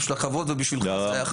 אבל בשביל הכבוד ובשבילך זה היה חשוב.